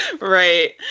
right